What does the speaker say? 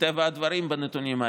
מטבע הדברים בנתונים האלה.